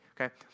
okay